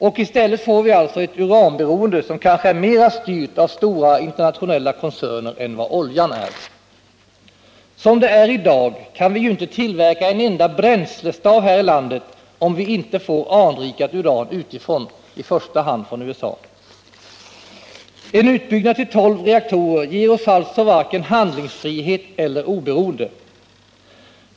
Och i stället får vi alltså ett uranberoende, som kanske är mer styrt av stora, internationella koncerner än beträffande oljan. Som det är i dag kan vi ju inte tillverka en enda bränslestav här i landet om vi inte får anrikad uran utifrån, i första hand från USA. En utbyggnad till tolv reaktorer ger oss alltså varken handlingsfrihet eller oberoende.